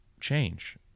change